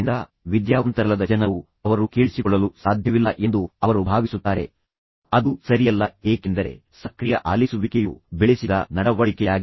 ಆದ್ದರಿಂದ ವಿದ್ಯಾವಂತರಲ್ಲದ ಜನರು ಅವರು ಕೇಳಿಸಿಕೊಳ್ಳಲು ಸಾಧ್ಯವಿಲ್ಲ ಎಂದು ಅವರು ಭಾವಿಸುತ್ತಾರೆ ಅದು ಸರಿಯಲ್ಲ ಏಕೆಂದರೆ ಸಕ್ರಿಯ ಆಲಿಸುವಿಕೆಯು ಬೆಳೆಸಿದ ನಡವಳಿಕೆಯಾಗಿದೆ